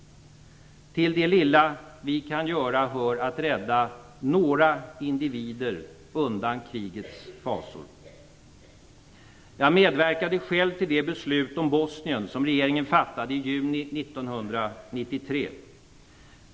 Till det lilla vi kan göra hör att rädda några individer undan krigets fasor. Jag medverkade själv till det beslut om Bosnien som regeringen fattade i juni 1993.